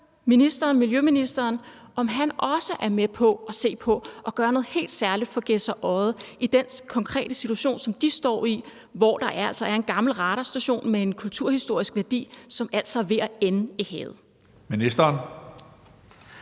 miljøministeren, om han også er med på at se på at gøre noget helt særligt for Gedser Odde i den konkrete situation, som de står i, hvor der altså er en gammel radarstation med kulturhistorisk værdi, som er ved at ende i havet. Kl.